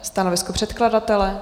Stanovisko předkladatele?